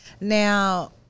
Now